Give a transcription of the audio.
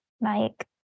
Mike